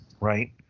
right